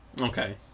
Okay